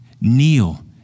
kneel